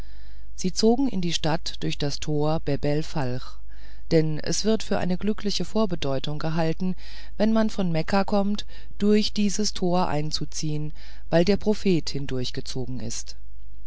sie zogen in die stadt durch das tor bebel falch denn es wird für eine glückliche vorbedeutung gehalten wenn man von mekka kommt durch dieses tor einzuziehen weil der prophet hindurchgezogen ist